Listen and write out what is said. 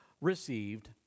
received